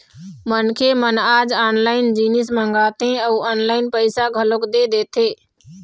मनखे मन आज ऑनलाइन जिनिस मंगाथे अउ ऑनलाइन पइसा घलोक दे देथे